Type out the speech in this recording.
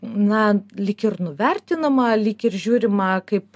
na lyg ir nuvertinama lyg ir žiūrima kaip